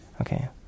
Okay